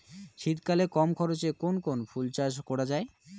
শীতকালে কম খরচে কোন কোন ফুল চাষ করা য়ায়?